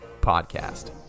podcast